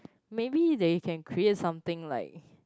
maybe that you can create something like